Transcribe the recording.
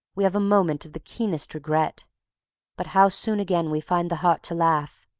we have a moment of the keenest regret but how soon again we find the heart to laugh!